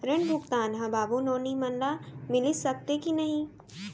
ऋण भुगतान ह बाबू नोनी मन ला मिलिस सकथे की नहीं?